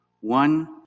One